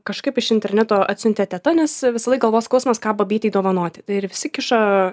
kažkaip iš interneto atsiuntė teta nes visąlaik galvos skausmas ką babytei dovanoti tai ir visi kiša